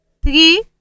Three